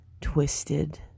twisted